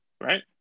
Right